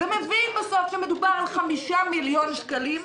ומבין בסוף שמדובר על 5 מיליון שקלים,